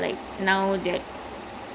oh ya she's good ya